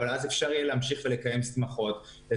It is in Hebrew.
כך ניתן יהיה להמשיך ולקיים שמחות.